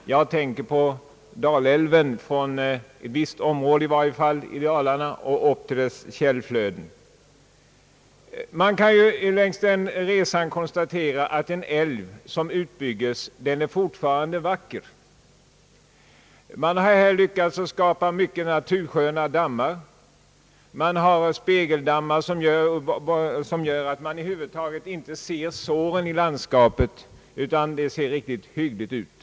Jag tänker på Öster-Dalälven i dess översta del upp till källflödena. Vi kan under den resan konstatera att en älv som utbygges fortfarande är vacker. Man har lyckats skapa natursköna dammbyggnader, det finns spegeldammar som gör att såren i landskapet inte framträder utan det hela ser riktigt hyggligt ut.